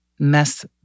Mess